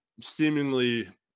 seemingly